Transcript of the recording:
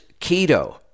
keto